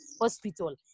Hospital